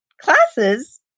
classes